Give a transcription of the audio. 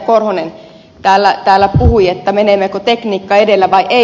korhonen täällä puhui menemmekö tekniikka edellä vai emme